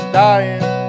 dying